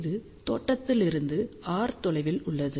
இது தோற்றத்திலிருந்து r தொலைவில் உள்ளது